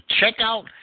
checkout